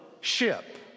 ship